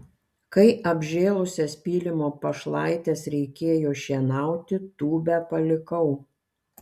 kai apžėlusias pylimo pašlaites reikėjo šienauti tūbę palikau